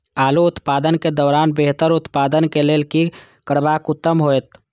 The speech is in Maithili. आलू उत्पादन के दौरान बेहतर उत्पादन के लेल की करबाक उत्तम होयत?